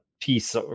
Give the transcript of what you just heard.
piece